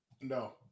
No